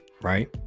Right